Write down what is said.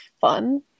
fun